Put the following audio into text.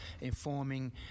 informing